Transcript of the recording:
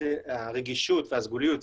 הרגישות והסגוליות,